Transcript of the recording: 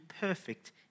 perfect